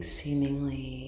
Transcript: seemingly